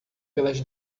pelas